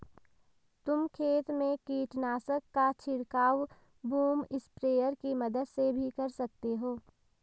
तुम खेत में कीटनाशक का छिड़काव बूम स्प्रेयर की मदद से भी कर सकते हो